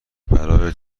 برای